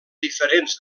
diferents